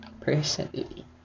personally